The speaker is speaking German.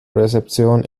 rezeption